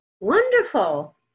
Wonderful